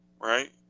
Right